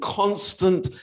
constant